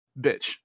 bitch